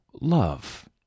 love